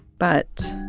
but.